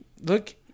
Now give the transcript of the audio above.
look